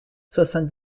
soixante